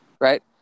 Right